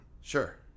sure